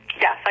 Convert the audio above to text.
Yes